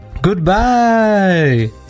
Goodbye